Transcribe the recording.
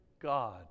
God